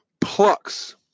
plucks